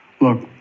Look